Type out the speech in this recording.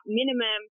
minimum